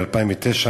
ב-2009,